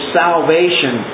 salvation